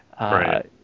Right